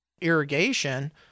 irrigation